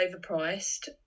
overpriced